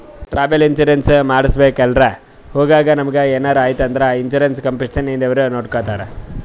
travel insurance ಮಾಡಿಸ್ಬೇಕ್ ಎಲ್ರೆ ಹೊಗಾಗ್ ನಮುಗ ಎನಾರೆ ಐಯ್ತ ಅಂದುರ್ ಇನ್ಸೂರೆನ್ಸ್ ಕಂಪನಿದವ್ರೆ ನೊಡ್ಕೊತ್ತಾರ್